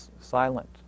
silent